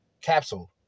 Capsule